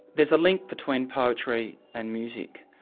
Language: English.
there's a link between poetry and music,